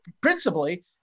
Principally